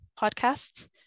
podcast